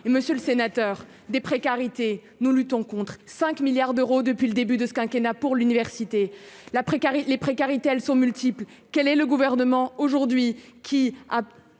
Monsieur le Sénateur des précarités, nous luttons contre 5 milliards d'euros depuis le début de ce quinquennat pour l'université, la précarité, les précarités, elles sont multiples : quel est le gouvernement aujourd'hui qui qui